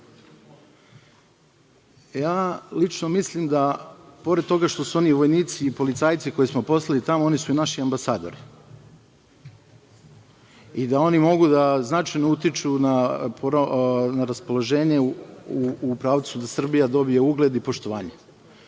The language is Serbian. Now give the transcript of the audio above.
lično mislim da, pored toga što su oni vojnici i policajci koje smo poslali tamo, oni su i naši ambasadori i da oni mogu da značajno utiču na raspoloženje u pravcu da Srbija dobije ugled i poštovanje. Ja